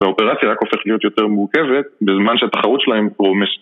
והאופרציה רק הופכת להיות יותר מורכבת בזמן שהתחרות שלהם